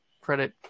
credit